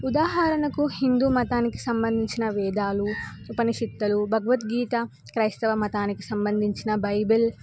ఉదాహరణకు హిందూ మతానికి సంబంధించిన వేదాలు ఉపనిషిత్తలు భగవద్గీత క్రైస్తవ మతానికి సంబంధించిన బైబిల్